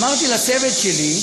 אמרתי לצוות שלי: